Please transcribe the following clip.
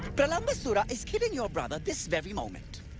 pralambasura is killing your brother this very moment.